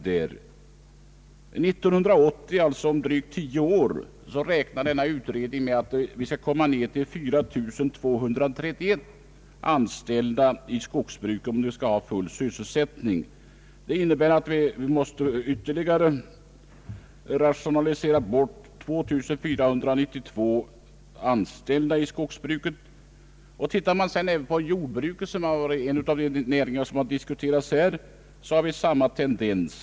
Utredningen räknar med att vi 1980, alltså om drygt tio år, skall komma ned till 4 231 anställda i skogsbruket, om de skall ha full sysselsättning. Det innebär att vi måste ytterligare rationalisera bort 2492 anställda i skogsbruket. Tittar man sedan på jordbruket, som är en av de näringar som har diskuterats här, finner man samma tendens.